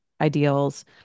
ideals